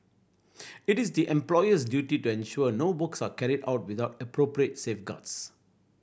it is the employer's duty to ensure no works are carried out without appropriate safeguards